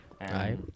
right